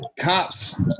cops